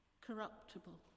corruptible